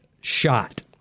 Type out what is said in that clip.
shot